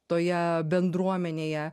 toje bendruomenėje